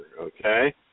okay